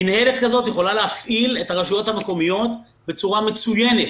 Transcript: מינהלת כזאת יכולה להפעיל את הרשויות המקומיות בצורה מצוינת,